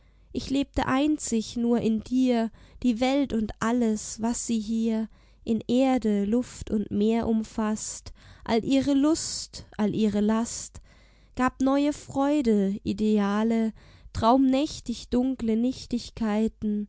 ich lebte einzig nur in dir die welt und alles was sie hier in erde luft und meer umfaßt all ihre lust all ihre last gab neue freude ideale traumnächtig dunkle nichtigkeiten